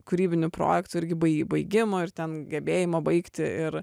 kūrybinių projektų irgi bai baigimo ir ten gebėjimo baigti ir